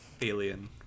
alien